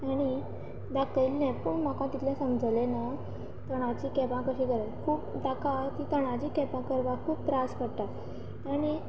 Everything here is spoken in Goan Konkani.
ताणीं दाखयल्लें पूण म्हाका तितलें समजलें ना तणांची कॅपां कशीं करप पूण ताका तीं तणांचीं कॅपां करपाक खूब त्रास पडटा आनी